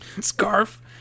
Scarf